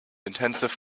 intensive